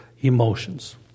emotions